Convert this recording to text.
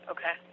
Okay